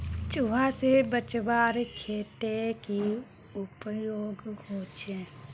चूहा से बचवार केते की उपाय होचे?